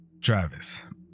Travis